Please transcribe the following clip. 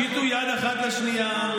הושיטו יד אחת לשנייה.